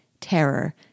terror